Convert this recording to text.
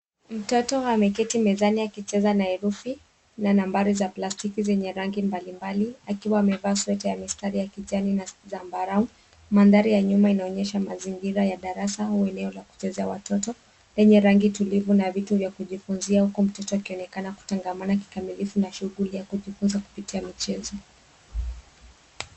Mtoto ameketi mezani akicheza na herufi na nambari za plastiki zenye rangi mbalimbali akiwa amevaa sweta ya mistari ya kijani na zambarau. Mandhari ya nyuma inaonyesha mazingira ya darasa eneo la kuchezea watoto lenye rangi tulivu na vitu vya kujifunza huku mtoto akionekana kutangamana kikamilifu na shughuli ya kujifunza kupitia michezo.